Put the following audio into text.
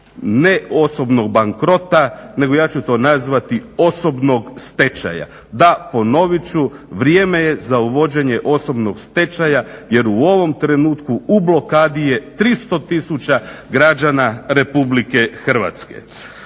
ne osobnog bankrota, nego ja ću to nazvati osobnog stečaja. Da, ponovit ću, vrijeme je za uvođenje osobnog stečaja jer u ovom trenutku u blokadi je 300 tisuća građana RH.